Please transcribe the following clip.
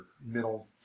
middle